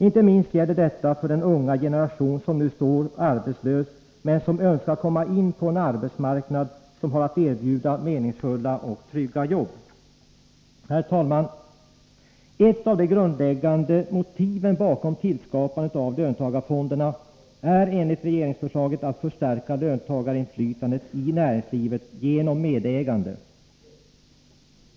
Inte minst gäller detta för den unga generationen som nu står arbetslös, men som önskar komma in på en arbetsmarknad som har att erbjuda meningsfulla och trygga jobb. Herr talman! Ett av de grundläggande motiven bakom tillskapandet av löntagarfonderna är enligt regeringsförslaget att förstärka löntagarinflytandet i näringslivet genom medägande.